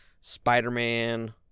Spider-Man